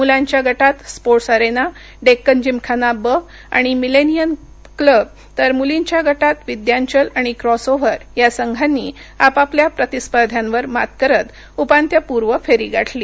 मुलांच्या गटात sports arena Deccan Gymkhana ब आणि मिलेनियम क्लब तर मुलींच्या गटात विद्यांचल आणि क्रॉस ओव्हर या संघांनी आपापल्या प्रतिस्पध्यांवर मात करत उपांत्यपुर्व फेरी गाठली